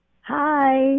hi